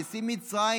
נשיא מצרים